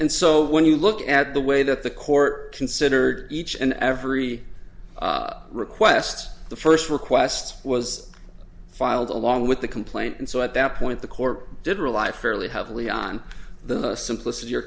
and so when you look at the way that the court considered each and every request the first request was filed along with the complaint and so at that point the court did rely fairly heavily on the simplicity or